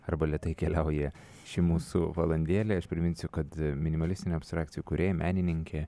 arba lėtai keliauja šį mūsų valandėlė aš priminsiu kad minimalistinių abstrakcijų kūrėja menininkė